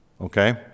Okay